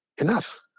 enough